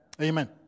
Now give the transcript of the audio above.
Amen